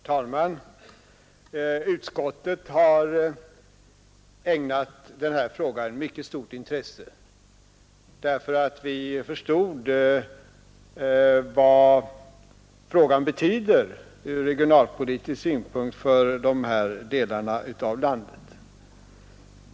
Herr talman! Vi har i utskottet ägnat denna fråga mycket stort intresse, eftersom vi förstår vad den betyder från regionalpolitisk synpunkt för dessa delar av landet.